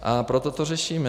A proto to řešíme.